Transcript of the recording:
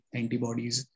antibodies